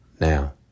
now